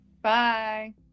Bye